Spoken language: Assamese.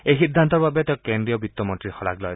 এই সিদ্ধান্তৰ বাবে তেওঁ কেন্দ্ৰীয় বিত্ত মন্ত্ৰীৰ শলাগ লয়